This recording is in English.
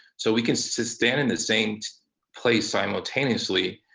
so we can so stay in in the same place simultaneously